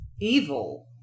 evil